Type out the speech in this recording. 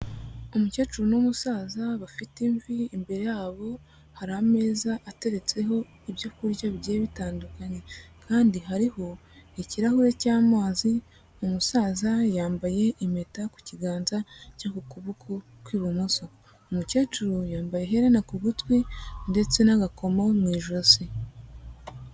Umukecuru n'umusaza bafite imviri imbere yabo hari ameza ateretseho ibyo kurya bigiye bitandukanye kandi hariho ikirahure cy'amazi, umusaza yambaye impeta n'ikiganza cyo ku kuboko kw'ibumoso, umukecuru yambaye iherena ku gitwi ndetse n'agakomo mu ijosi.